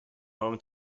home